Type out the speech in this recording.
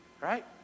Right